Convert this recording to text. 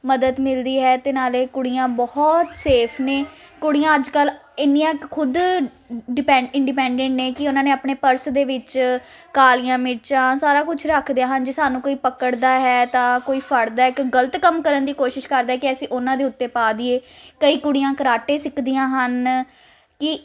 ਮਦਦ ਮਿਲਦੀ ਹੈ ਅਤੇ ਨਾਲੇ ਕੁੜੀਆਂ ਬਹੁਤ ਸੇਫ ਨੇ ਕੁੜੀਆਂ ਅੱਜ ਕੱਲ੍ਹ ਇੰਨੀਆਂ ਕੁ ਖੁਦ ਡਿਪੈਂਡ ਇੰਡੀਪੈਂਡੈਂਟ ਨੇ ਕਿ ਉਹਨਾਂ ਨੇ ਆਪਣੇ ਪਰਸ ਦੇ ਵਿੱਚ ਕਾਲੀਆਂ ਮਿਰਚਾਂ ਸਾਰਾ ਕੁਛ ਰੱਖਦੇ ਹਨ ਜੇ ਸਾਨੂੰ ਕੋਈ ਪਕੜਦਾ ਹੈ ਤਾਂ ਕੋਈ ਫੜਦਾ ਕੋਈ ਗਲਤ ਕੰਮ ਕਰਨ ਦੀ ਕੋਸ਼ਿਸ਼ ਕਰਦਾ ਕਿ ਅਸੀਂ ਉਹਨਾਂ ਦੇ ਉੱਤੇ ਪਾ ਦੇਈਏ ਕਈ ਕੁੜੀਆਂ ਕਰਾਟੇ ਸਿੱਖਦੀਆਂ ਹਨ ਕਿ